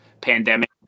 pandemic